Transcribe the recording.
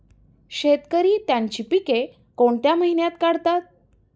शेतकरी त्यांची पीके कोणत्या महिन्यात काढतात?